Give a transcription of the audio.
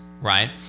Right